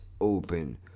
open